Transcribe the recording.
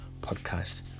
podcast